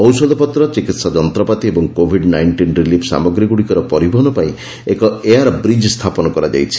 ଔଷଧପତ୍ର ଚିକିତ୍ସା ଯନ୍ତ୍ରପାତି ଓ କୋଭିଡ୍ ନାଇଷ୍ଟିନ୍ ରିଲିଫ୍ ସାମଗ୍ରୀଗୁଡ଼ିକର ପରିବହନପାଇଁ ଏକ ଏୟାର ବ୍ରିକ୍ ସ୍ଥାପନ କରାଯାଇଛି